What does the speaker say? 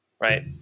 Right